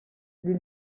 les